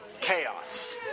chaos